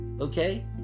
okay